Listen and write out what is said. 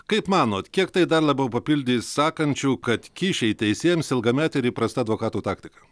kaip manot kiek tai dar labiau papildys sakančių kad kyšiai teisėjams ilgametė ir įprasta advokatų taktika